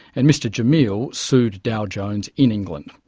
and mr jamil sued dow jones in england.